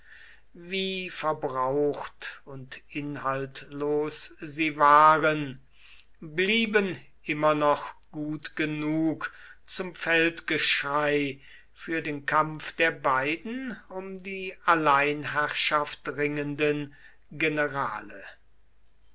wie verbraucht und inhaltlos sie waren blieben immer noch gut genug zum feldgeschrei für den kampf der beiden um die alleinherrschaft ringenden generale